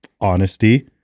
honesty